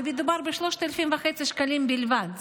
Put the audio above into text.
ומדובר ב-3,500 שקלים בלבד,